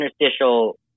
interstitial